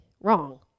Wrong